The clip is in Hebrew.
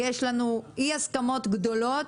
יש לנו אי-הסכמות גדולות.